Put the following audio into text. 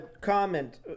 comment